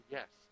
yes